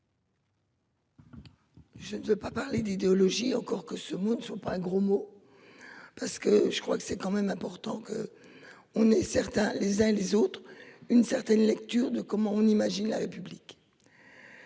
Je ne veux pas parler d'idéologie encore que ce mot ne soit pas un gros mot. Parce que je crois que c'est quand même important qu'. On est certain, les uns les autres, une certaine lecture de comment on imagine la République.